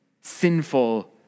sinful